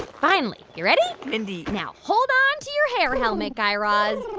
finally. you ready? mindy. now hold on to your hair helmet, guy raz,